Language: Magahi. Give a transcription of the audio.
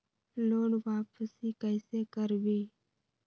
लोन वापसी कैसे करबी?